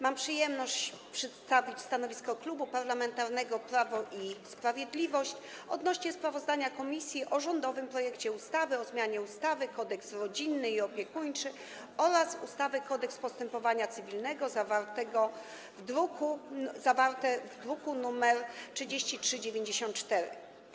Mam przyjemność przedstawić stanowisko Klubu Parlamentarnego Prawo i Sprawiedliwość odnośnie do sprawozdania komisji o rządowym projekcie ustawy o zmianie ustawy Kodeks rodzinny i opiekuńczy oraz ustawy Kodeks postępowania cywilnego zawartego w druku nr 3394.